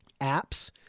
apps